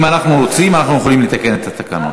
אם אנחנו רוצים, אנחנו יכולים לתקן את התקנון.